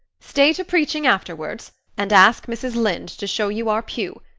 stay to preaching afterwards and ask mrs. lynde to show you our pew.